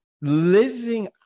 living